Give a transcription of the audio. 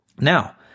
Now